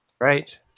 right